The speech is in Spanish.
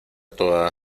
toda